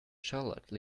charlotte